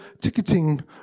ticketing